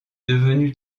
devenu